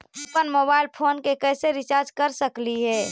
अप्पन mobile phone के कैसे रिचार्ज कर सकली हे?